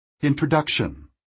Introduction